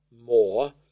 more